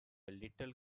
little